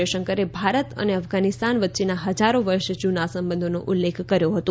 જયશંકરે ભારત અને અફઘાનિસ્તાન વચ્ચેના હજારો વર્ષ જ્નના સંબંધોનો ઉલ્લેખ કર્યો હતો